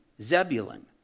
Zebulun